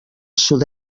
sud